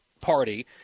party